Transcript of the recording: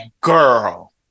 girl